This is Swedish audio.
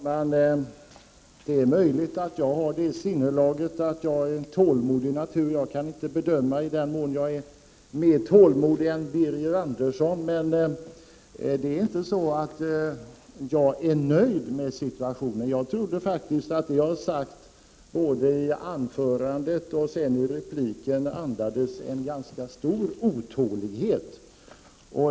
Herr talman! Det är möjligt att jag har det sinnelaget att jag är en tålmodig natur. Jag kan inte bedöma i vad mån jag är mer tålmodig än Birger Andersson. Men jag är inte nöjd med situationen. Jag trodde faktiskt att mitt anförande och mina repliker andades en ganska stor otålighet.